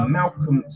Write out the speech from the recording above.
Malcolm